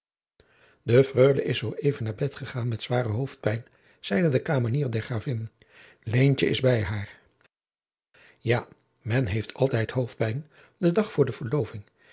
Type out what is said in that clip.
de freule is zoo even naar bed gegaan met zware hoofdpijn zeide de kamenier der gravin leentje is bij haar ja men heeft altijd hoofdpijn den dag voor de verloving